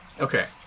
okay